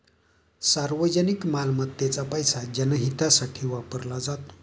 सार्वजनिक मालमत्तेचा पैसा जनहितासाठी वापरला जातो